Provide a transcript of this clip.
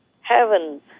heaven